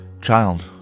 Child